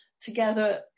together